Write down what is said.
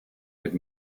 had